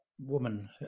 woman